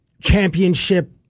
championship